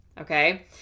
Okay